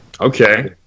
Okay